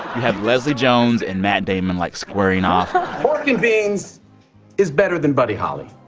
have leslie jones and matt damon, like, squaring off pork and beans is better than buddy holly.